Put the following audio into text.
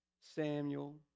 Samuel